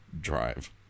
drive